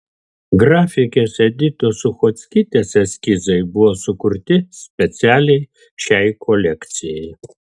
grafikės editos suchockytės eskizai buvo sukurti specialiai šiai kolekcijai